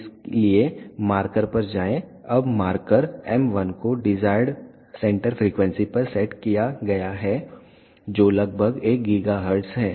इसलिए मार्कर पर जाएं अब मार्कर m1 को डिजायर्ड सेंटर फ्रीक्वेंसी पर सेट किया गया है जो लगभग 1 गीगाहर्ट्ज़ है